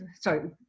Sorry